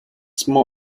small